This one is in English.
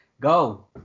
Go